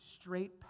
straight